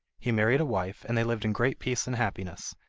he married a wife, and they lived in great peace and happiness,